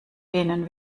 denen